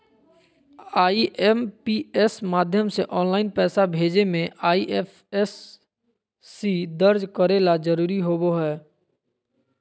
IMPS माध्यम से online पैसा भेजे मे आई.एफ.एस.सी दर्ज करे ला जरूरी होबो हय